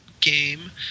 game